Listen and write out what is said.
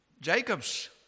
Jacob's